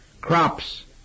Crops